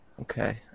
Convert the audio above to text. Okay